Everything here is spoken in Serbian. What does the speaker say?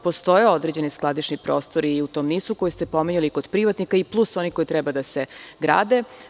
Postoje određeni skladišni prostori i u tom NIS-u koji ste pominjali, i kod privatnika, plus kod onih koji treba da se grade.